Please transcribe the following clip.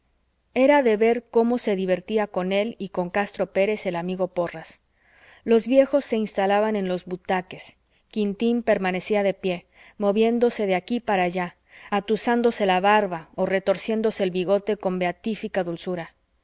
era de ver cómo se divertía con él y con castro pérez el amigo porras los viejos se instalaban en los butaques quintín permanecía de pie moviéndose de aquí para allá atusándose la barba o retorciéndose el bigote con beatífica dulzura